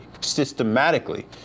systematically